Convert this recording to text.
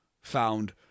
found